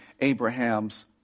Abraham's